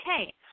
okay